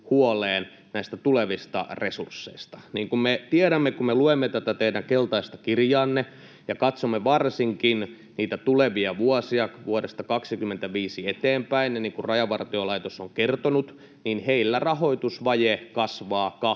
huoleen näistä tulevista resursseista. Niin kuin me tiedämme, kun me luemme tätä teidän keltaista kirjaanne ja katsomme varsinkin niitä tulevia vuosia vuodesta 25 eteenpäin — ja niin kuin Rajavartiolaitos on kertonut — heillä rahoitusvaje kasvaa 25